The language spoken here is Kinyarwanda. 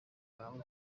bwawe